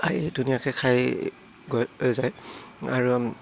আহি ধুনীয়াকৈ খাই গৈ ৰৈ যায় আৰু